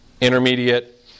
intermediate